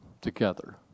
together